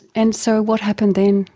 and so what happened then?